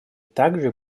также